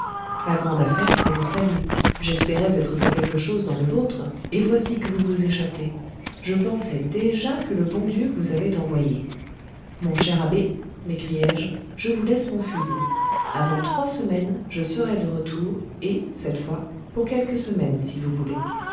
la grande affaire c'est le salut j'espérais être pour quelque chose dans le vôtre et voici que vous vous échappez je pensais déjà que le bon dieu vous avait envoyé mon cher abbé m'écriai-je je vous laisse mon fusil avant trois semaines je serai de retour et cette fois pour quelques semaines si vous voulez